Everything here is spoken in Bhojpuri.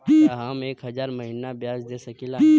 का हम एक हज़ार महीना ब्याज दे सकील?